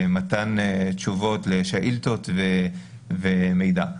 מתן תשובות לשאילתות ומידע.